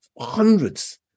hundreds